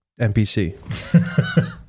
NPC